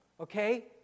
okay